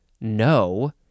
no